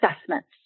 assessments